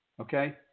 okay